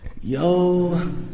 Yo